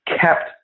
kept